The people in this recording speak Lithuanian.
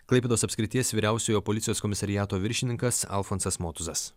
klaipėdos apskrities vyriausiojo policijos komisariato viršininkas alfonsas motuzas